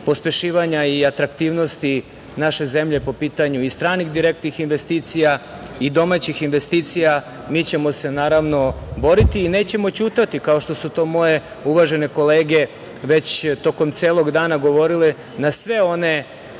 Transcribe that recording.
pospešivanja i atraktivnosti naše zemlje po pitanju i stranih direktnih investicija i domaćih investicija mi ćemo se naravno boriti i nećemo ćutati, kao što su to moje uvažene kolege već tokom celog dana govorile, na sve one